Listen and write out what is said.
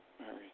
Mary